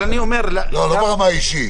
לא ברמה האישית.